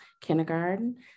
Kindergarten